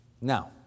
Now